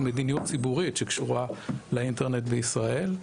מדיניות ציבורית שקשורה לאינטרנט בישראל,